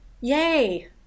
yay